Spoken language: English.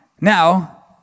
Now